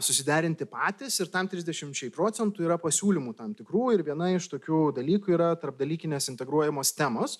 susiderinti patys ir tam trisdešimčiai procentų yra pasiūlymų tam tikrų ir viena iš tokių dalykų yra tarpdalykinės integruojamos temos